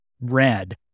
red